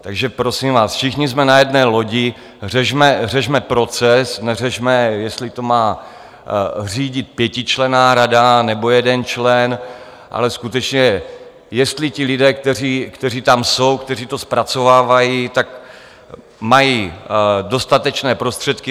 Takže prosím vás, všichni jsme na jedné lodi, řešme proces, neřešme, jestli to má řídit pětičlenná rada, nebo jeden člen, ale skutečně jestli ti lidé, kteří tam jsou, kteří to zpracovávají, jestli mají dostatečné prostředky.